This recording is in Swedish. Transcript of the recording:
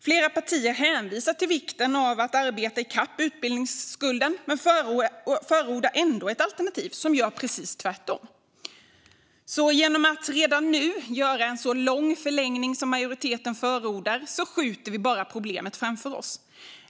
Flera partier hänvisar till vikten av att arbeta i kapp utbildningsskulden men förordar ändå ett alternativ som gör precis tvärtom. Genom att redan nu göra en så lång förlängning som majoriteten förordar skjuter vi bara problemet framför oss.